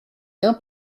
gain